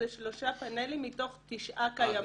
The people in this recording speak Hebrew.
זה שלושה פאנלים מתוך תשעה קיימים.